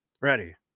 Ready